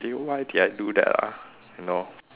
eh why did I do that ah you know